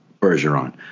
Bergeron